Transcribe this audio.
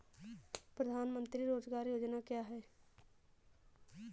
प्रधानमंत्री रोज़गार योजना क्या है?